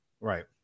right